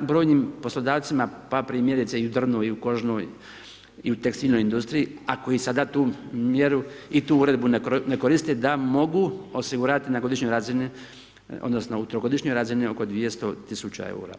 brojnim poslodavcima pa primjerice i u drvnoj i u kožnoj i u tekstilnoj industriji a koji sada tu mjeru i tu uredbu ne koriste da mogu osigurati na godišnjoj razini, odnosno u trogodišnjoj razini oko 200 tisuća eura.